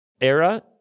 Era